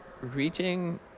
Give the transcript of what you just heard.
reaching